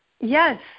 Yes